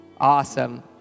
Awesome